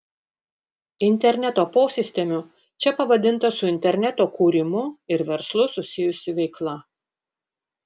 interneto posistemiu čia pavadinta su interneto kūrimu ir verslu susijusi veikla